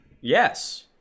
Yes